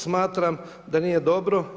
Smatram da nije dobro?